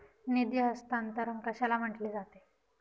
निधी हस्तांतरण कशाला म्हटले जाते?